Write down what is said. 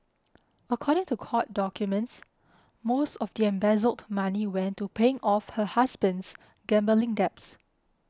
according to court documents most of the embezzled money went to paying off her husband's gambling debts